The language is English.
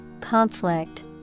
conflict